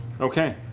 Okay